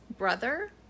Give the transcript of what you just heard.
brother